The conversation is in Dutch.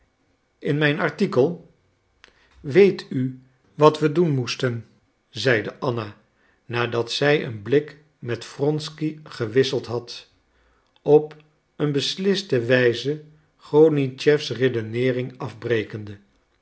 in mijn artikel weet u wat we doen moesten zeide anna nadat zij een blik met wronsky gewisseld had op een besliste wijze golinitschefs redeneering afbrekende